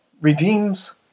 redeems